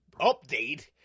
update